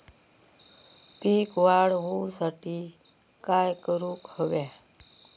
पीक वाढ होऊसाठी काय करूक हव्या?